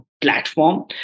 platform